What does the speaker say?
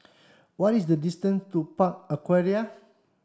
what is the distance to Park Aquaria